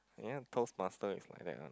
ya toast master is like that one